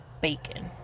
bacon